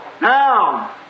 Now